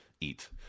eat